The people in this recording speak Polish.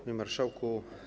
Panie Marszałku!